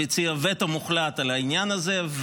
וטו מוחלט על העניין הזה.